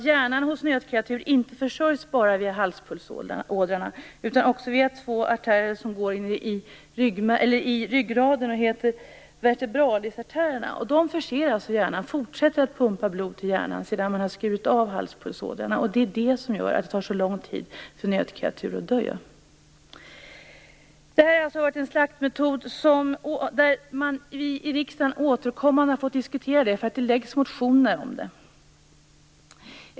Hjärnan hos nötkreatur försörjs nämligen inte enbart via halspulsådrorna, utan också via två artärer i ryggraden, vertebralartärerna. De fortsätter alltså att pumpa blod till hjärnan sedan man skurit av halspulsådrorna. Det är det som gör att det tar så lång tid för nötkreatur att dö. Detta är en slaktmetod som vi återkommande har diskuterat i riksdagen eftersom det motioneras om den.